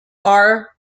are